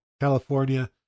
California